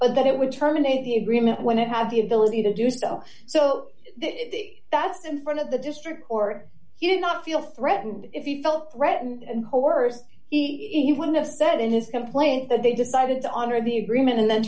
or that it would terminate the agreement when i have the ability to do so so that's in front of the district or he would not feel threatened if he felt threatened and horrors he wouldn't have said in his complaint that they decided to honor the agreement and then